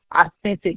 authentic